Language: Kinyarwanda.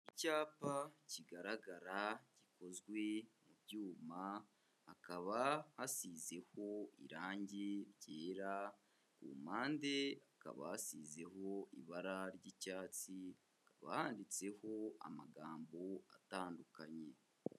Icyapa kigaragara gikozwe mu byuma, hakaba hasizeho irange ryera, ku mpande hakaba hasizeho ibara ry'icyatsi, hakaba handitseho amagambo atandukanye.